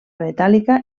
metàl·lica